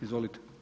Izvolite.